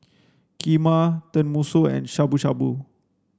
Kheema Tenmusu and Shabu Shabu